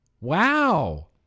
Wow